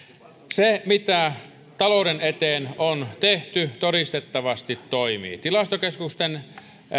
se mitä talouden eteen on tehty todistettavasti toimii tilastokeskuksen